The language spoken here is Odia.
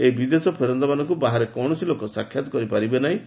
ସେହି ବିଦେଶ ଫେରନ୍ତାମାନଙ୍କୁ ବାହାର କୌଣସି ଲୋକ ସାକ୍ଷାତ କରିପାରିବେ ନାହିଁ